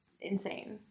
insane